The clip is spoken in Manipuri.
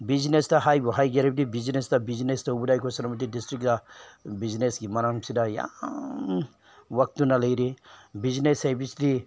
ꯕꯤꯖꯤꯅꯦꯖꯇ ꯍꯥꯏꯕꯨ ꯍꯥꯏꯒꯦ ꯍꯥꯏꯔꯕꯗꯤ ꯕꯤꯖꯤꯅꯦꯖꯇ ꯕꯤꯖꯤꯅꯦꯖ ꯇꯧꯕꯗ ꯑꯩꯈꯣꯏ ꯁꯦꯅꯥꯄꯇꯤ ꯗꯤꯁꯇ꯭ꯔꯤꯛꯇ ꯕꯤꯖꯤꯅꯦꯖꯀꯤ ꯃꯔꯝꯁꯤꯗ ꯌꯥꯝ ꯋꯥꯠꯇꯨꯅ ꯂꯩꯔꯤ ꯕꯤꯖꯤꯅꯦꯖ ꯍꯥꯏꯕꯁꯤꯗꯤ